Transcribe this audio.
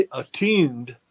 attuned